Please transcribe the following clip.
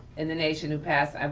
in the nation who passed.